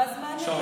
ואז נענה,